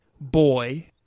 Boy